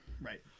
right